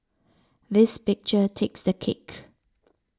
this picture takes the cake